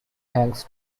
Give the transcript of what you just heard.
hangs